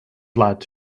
lad